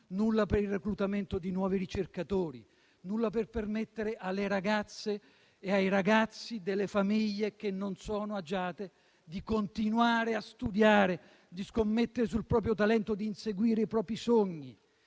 nulla per il reclutamento di nuovi ricercatori, nulla per permettere alle ragazze e ai ragazzi delle famiglie che non sono agiate di continuare a studiare, di scommettere sul proprio talento, di inseguire i propri sogni.